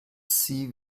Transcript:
sie